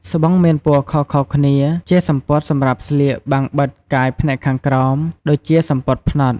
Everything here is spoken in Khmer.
ស្បង់មានពណ៌ខុសៗគ្នា ជាសំពត់សម្រាប់ស្លៀកបាំងបិទកាយផ្នែកខាងក្រោម ដូចជាសំពត់ផ្នត់។